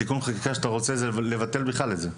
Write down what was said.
תיקון החקיקה שאתה רוצה זה לבטל בכלל את החובה.